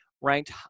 ranked